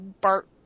Bart